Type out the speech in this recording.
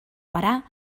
parar